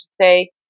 say